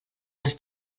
les